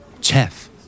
Chef